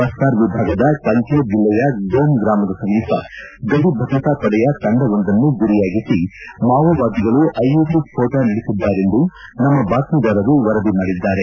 ಬಸ್ತಾರ್ ವಿಭಾಗದ ಕಂಕೇರ್ ಜಿಲ್ಲೆಯ ಗೋವಲ್ ಗ್ರಾಮದ ಸಮೀಪ ಗಡಿ ಭದ್ರತಾ ಪಡೆಯ ತಂಡವೊಂದನ್ನು ಗುರಿಯಾಗಿಸಿ ಮಾವೋವಾದಿಗಳು ಐಇಡಿ ಸ್ಫೋಟಕ ನಡೆಸಿದ್ದಾರೆಂದು ನಮ್ಮ ಬಾತ್ಮೀದಾರರು ವರದಿ ಮಾಡಿದಿದ್ದಾರೆ